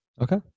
Okay